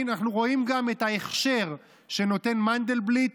אנחנו רואים גם את ההכשר שנותן מנדלבליט,